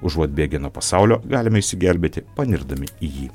užuot bėgę nuo pasaulio galime išsigelbėti panirdami į jį